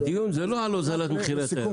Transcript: הדיון הוא לא על הוזלת מחירי התיירות.